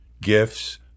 gifts